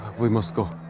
we must go.